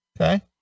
Okay